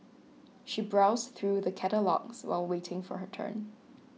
she browsed through the catalogues while waiting for her turn